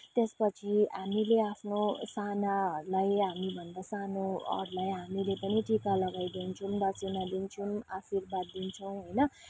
त्यसपछि हामीले आफ्नो सानाहरूलाई हामीभन्दा सानोहरूलाई हामीले पनि टिका लगाइ दिन्छौँ दक्षिणा दिन्छौँ आशीर्वाद दिन्छौँ होइन